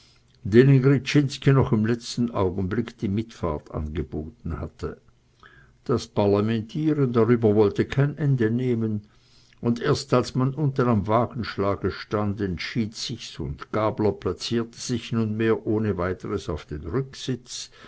noch im letzten augenblicke die mitfahrt angeboten hatte das parlamentieren darüber wollte kein ende nehmen und erst als man unten am wagenschlage stand entschied sich's und gabler placierte sich nunmehr ohne weiteres auf den rücksitz